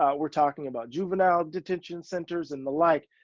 ah we're talking about juvenile detention centers and the like.